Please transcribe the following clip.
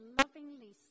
lovingly